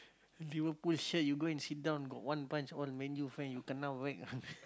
Liverpool shirt you go and sit down got one bunch all Man-U fan you kena whack ah